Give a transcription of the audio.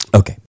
okay